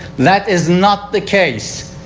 that is not the case.